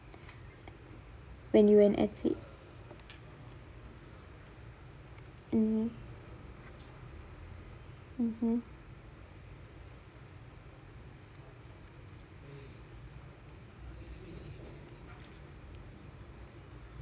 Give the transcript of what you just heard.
when you an athlete mmhmm mmhmm